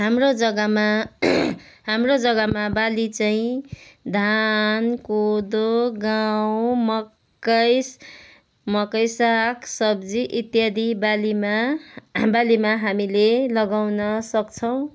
हाम्रो जग्गामा हाम्रो जग्गामा बाली चाहिँ धान कोदो गहुँ मक्कै मकै साग सब्जी इत्यादि बालीमा बालीमा हामीले लगाउन सक्छौँ